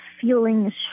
feeling